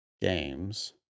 games